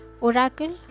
Oracle